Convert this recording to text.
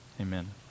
amen